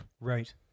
Right